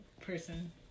person